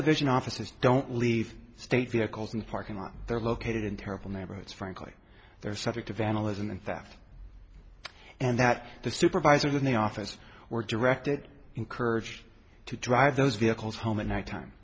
probation officers don't leave state vehicles in the parking lot they're located in terrible neighborhoods frankly they're subject to vandalism and theft and that the supervisor then the office were directed encouraged to drive those vehicles home at night time